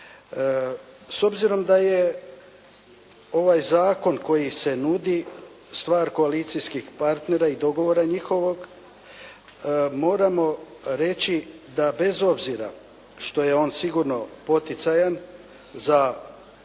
S obzirom da je ovaj zakon koji se nudi stvar koalicijskih partnera i dogovora njihovog moramo reći da bez obzira što je on sigurno poticajan za većinu